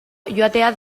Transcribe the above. joatea